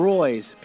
Roy's